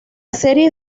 serie